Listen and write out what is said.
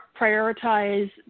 prioritize